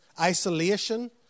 isolation